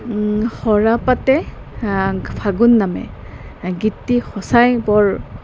সৰা পাতে ফাগুন নামে গীতটি সঁচাই বৰ